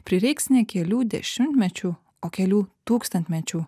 prireiks ne kelių dešimtmečių o kelių tūkstantmečių